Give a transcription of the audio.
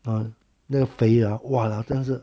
嗯那肥啊 !walao! 真是的